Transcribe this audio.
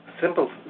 Simple